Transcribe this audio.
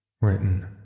Written